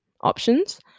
options